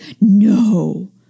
no